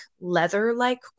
leather-like